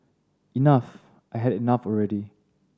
enough I had enough already